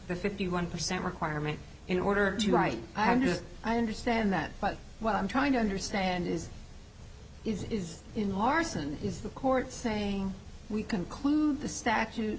the fifty one percent requirement in order to write and i understand that but what i'm trying to understand is is is in larson is the court saying we conclude the statute